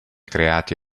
creati